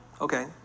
okay